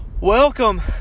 welcome